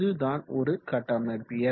இதுதான் ஒரு கட்டமைப்பியல்